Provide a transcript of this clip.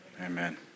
Amen